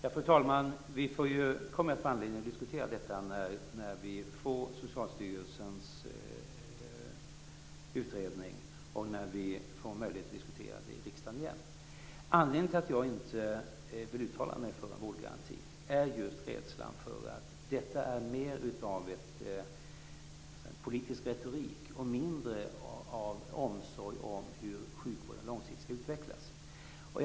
Fru talman! Vi kommer att få anledning att diskutera frågan i riksdagen igen när Socialstyrelsens utredning läggs fram. Anledningen till att jag inte vill uttala mig för en vårdgaranti är just rädslan för att detta är mer av politisk retorik och mindre av omsorg om hur sjukvården långsiktigt skall utvecklas.